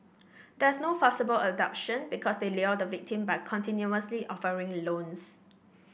there's no forcible abduction because they lure the victim by continuously offering loans